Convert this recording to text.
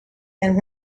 and